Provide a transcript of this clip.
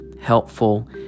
helpful